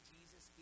Jesus